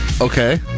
Okay